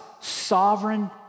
sovereign